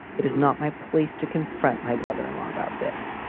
it is not my place to confront my brother in law about this.